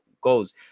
goals